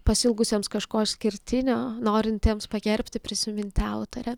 pasiilgusiems kažko išskirtinio norintiems pagerbti prisiminti autorę